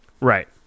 Right